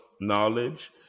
knowledge